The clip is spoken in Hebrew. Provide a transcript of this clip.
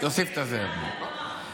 נשמע לך הגיוני?